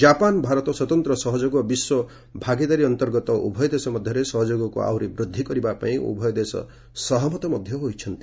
Japan Bharat ସ୍ୱତନ୍ତ୍ର ସହଯୋଗ ଓ ବିଶ୍ୱ ଭାଗିଦାରୀ ଅନ୍ତର୍ଗତ ଉଭୟ ଦେଶ ମଧ୍ୟରେ ସହଯୋଗକୁ ଆହୁରି ବୃଦ୍ଧି କରିବା ପାଇଁ ଉଭୟ ଦେଶ ସହମତ ହୋଇଛନ୍ତି